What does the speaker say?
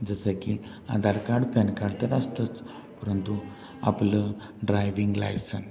जसं की Aadhaar card PAN card तर असतंच परंतु आपलं ड्रायविंग लायसन